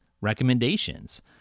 recommendations